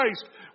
Christ